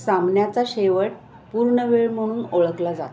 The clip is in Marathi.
सामन्याचा शेवट पूर्ण वेळ म्हणून ओळखला जातो